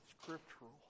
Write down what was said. scriptural